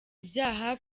ibyaha